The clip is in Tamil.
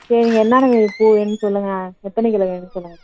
சரிங்க என்னான்ன வே பூ வேணும்ன்னு சொல்லுங்கள் எத்தனை கிலோ வேணும் சொல்லுங்கள்